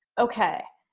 okay.